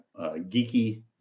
Geeky